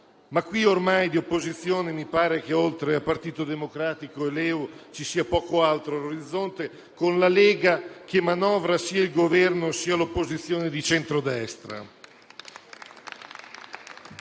Ma qui, ormai, di opposizione mi pare che oltre al Partito Democratico e a LeU ci sia poco altro all'orizzonte, con la Lega che manovra sia il Governo sia l'opposizione di centrodestra.